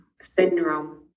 syndrome